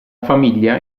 famiglia